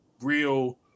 real